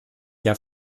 der